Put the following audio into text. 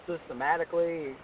systematically –